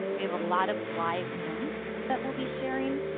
we have a lot of lives links that we'll be sharing.